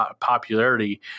popularity